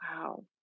Wow